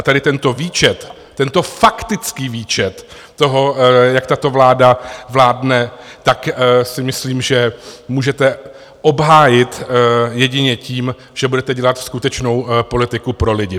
Tady tento výčet, tento faktický výčet toho, jak tato vláda vládne, si myslím, že můžete obhájit jedině tím, že budete dělat skutečnou politiku pro lidi.